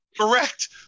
Correct